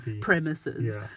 premises